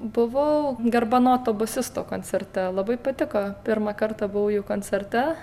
buvau garbanoto bosisto koncerte labai patiko pirmą kartą buvau jų koncerte